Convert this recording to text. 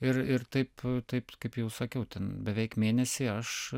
ir ir taip taip kaip jau sakiau ten beveik mėnesį aš